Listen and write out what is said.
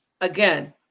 Again